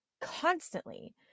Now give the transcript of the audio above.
constantly